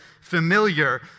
familiar